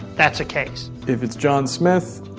that's a case if it's john smith,